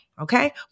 okay